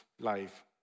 life